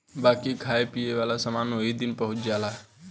बाकी खाए पिए वाला समान ओही दिन पहुच जाला